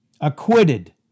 acquitted